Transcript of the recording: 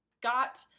got